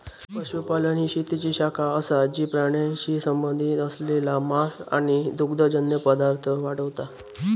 पशुपालन ही शेतीची शाखा असा जी प्राण्यांशी संबंधित असलेला मांस आणि दुग्धजन्य पदार्थ वाढवता